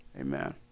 Amen